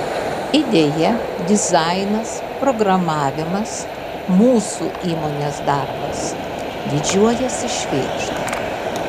idėja dizainas programavimas mūsų įmonės darbas didžiuojasi švėgžda